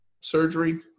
surgery